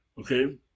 okay